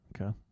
Okay